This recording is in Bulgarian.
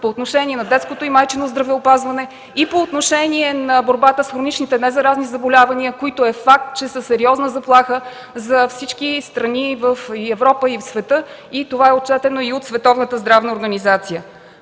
по отношение на детското и майчино здравеопазване и по отношение на борбата с хроничните незаразни заболявания. Факт е, че са сериозна заплаха за всички страни и в Европа, и в света. Това е отчетено и от Световната здравна организация.